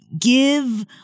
give